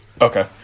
Okay